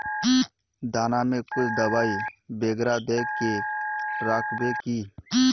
दाना में कुछ दबाई बेगरा दय के राखबे की?